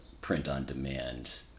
print-on-demand